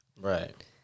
Right